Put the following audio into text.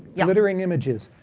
yeah glittering images,